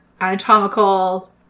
anatomical